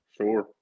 Sure